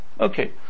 Okay